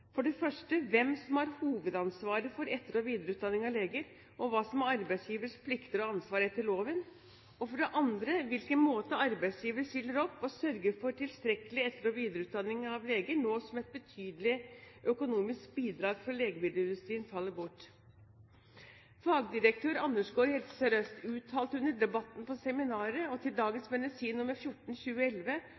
For det første: Hvem har hovedansvaret for etter- og videreutdanning av leger, og hva er arbeidsgivers plikter og ansvar etter loven? For det andre: På hvilken måte stiller arbeidsgiver opp og sørger for tilstrekkelig etter- og utvidereutdanning av leger, nå som et betydelig økonomisk bidrag fra legemiddelindustrien faller bort? Fagdirektør Andersgaard i Helse Sør-Øst uttalte under debatten på seminaret og til Dagens